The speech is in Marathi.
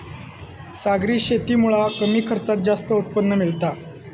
सागरी शेतीमुळा कमी खर्चात जास्त उत्पन्न मिळता